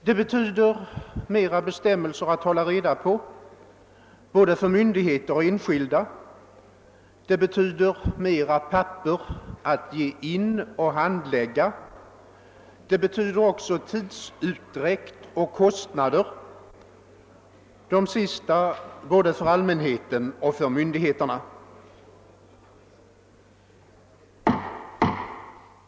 Det betyder fler bestämmelser att hålla reda på för både myndigheter och enskilda, det betyder mera papper att ge in och handlägga, det betyder också tidsutdräkt och kostnader både för allmänheten och för myndigheterna.